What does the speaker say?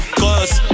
cause